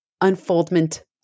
unfoldment